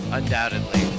undoubtedly